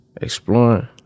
exploring